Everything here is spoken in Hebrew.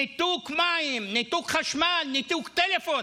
ניתוק מים, ניתוק חשמל, ניתוק טלפון.